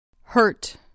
Hurt